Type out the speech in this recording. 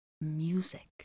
music